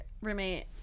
roommate